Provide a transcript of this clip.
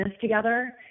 together